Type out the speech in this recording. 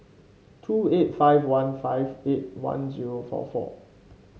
two eight five one five eight one zero four four